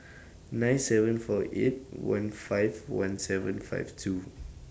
nine seven four eight one five one seven five two